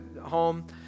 home